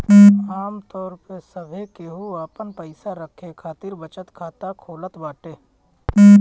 आमतौर पअ सभे केहू आपन पईसा रखे खातिर बचत खाता खोलत बाटे